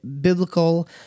Biblical